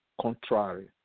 contrary